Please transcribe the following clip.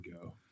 go